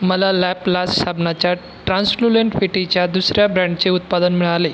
मला लॅपलास्ट साबणाच्या ट्रान्सल्युलंट पेटीच्या दुसर्या ब्रँडचे उत्पादन मिळाले